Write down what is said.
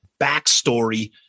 backstory